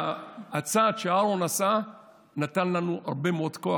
הצעד שאהרן עשה נתן לנו הרבה מאוד כוח,